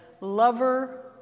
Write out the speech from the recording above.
lover